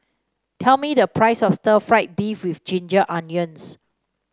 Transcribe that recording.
tell me the price of Stir Fried Beef with Ginger Onions